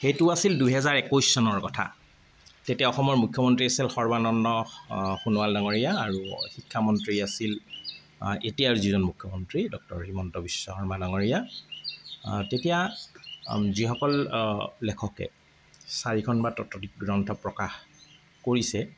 সেইটো আছিল দুহেজাৰ একৈছ চনৰ কথা তেতিয়া অসমৰ মুখ্যমন্ত্ৰী আছিল সৰ্বানন্দ সোণোৱাল ডাঙৰীয়া আৰু শিক্ষা মন্ত্ৰী আছিল এতিয়াৰ যিজন মুখ্যমন্ত্ৰী ডক্টৰ হিমন্ত বিশ্ব শৰ্মা ডাঙৰীয়া তেতিয়া যিসকল লেখকে চাৰিখন বা ততোধিক গ্ৰন্থ প্ৰকাশ কৰিছে